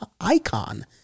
icon